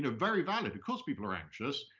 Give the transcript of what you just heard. and very valid. of course, people are anxious,